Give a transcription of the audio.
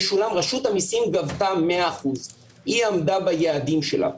רשות המיסים גבתה 100%. היא עמדה ביעדים שלה.